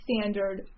standard